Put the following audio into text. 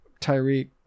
Tyreek